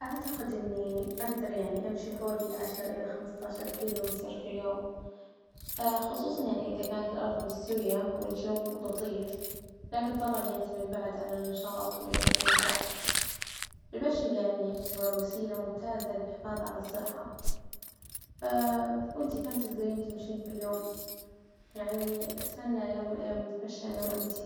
أعتقد إني أجدر يعني أمشي حوالي العشر الى خمسطعشر كيلو متر في اليوم خصوصا يعني إذا كانت الأرض مستوية والجو لطيف، لكن طبعا يعتمد بعد على النشاط والوجت المتاح، يبشر يعني يعتبر وسيلة ممتازة للحفاظ على الصحة وإنتي كم تجدرين تمشين في اليوم? يعني أتمنى يوم من الأيام نتمشى أنا وإنتي.